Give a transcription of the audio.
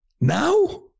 Now